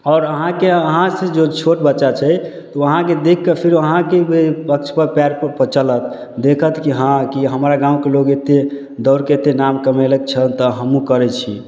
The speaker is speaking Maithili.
आओर अहाँके अहाँ से जे छोट बच्चा छै ओ अहाँके देखके फेरो अहाँके पथ पर पएर पर चलत देखैत कि हँ की हमरा गाँवके लोग एतेक दौड़के एतेक नाम कमेलक छल तऽ हमहु करै छी